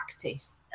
practice